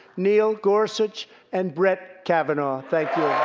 neil gorsuch and brett kavanaugh. thank you.